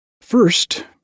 First